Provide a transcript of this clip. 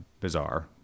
bizarre